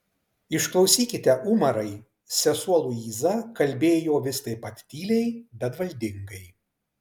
išklausykite umarai sesuo luiza kalbėjo vis taip pat tyliai bet valdingai